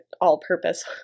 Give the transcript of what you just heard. all-purpose